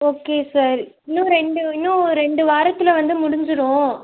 okay sir இன்னும் ரெண்டு இன்னும் ரெண்டு வாரத்தில் வந்து முடிஞ்சுரும்